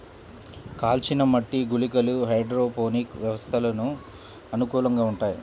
కాల్చిన మట్టి గుళికలు హైడ్రోపోనిక్ వ్యవస్థలకు అనుకూలంగా ఉంటాయి